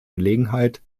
gelegenheit